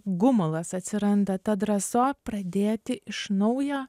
gumulas atsiranda ta drąso pradėti iš naujo